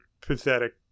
pathetic